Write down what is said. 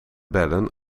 bellen